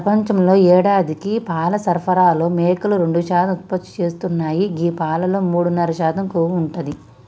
ప్రపంచంలో యేడాదికి పాల సరఫరాలో మేకలు రెండు శాతం ఉత్పత్తి చేస్తున్నాయి గీ పాలలో మూడున్నర శాతం కొవ్వు ఉంటది